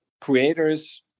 creators